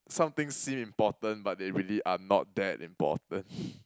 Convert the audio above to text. some things seem important but they really are not that important